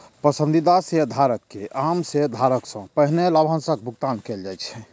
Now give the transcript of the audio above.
पसंदीदा शेयरधारक कें आम शेयरधारक सं पहिने लाभांशक भुगतान कैल जाइ छै